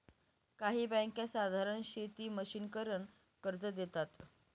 काही बँका साधारण शेती मशिनीकरन कर्ज देतात